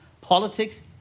politics